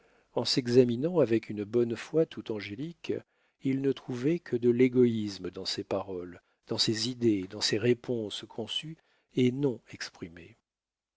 en s'examinant avec une bonne foi tout angélique il ne trouvait que de l'égoïsme dans ses paroles dans ses idées dans ses réponses conçues et non exprimées